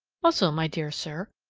also, my dear sir,